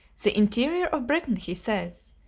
the interior of britain, he says,